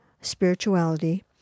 spirituality